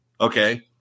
Okay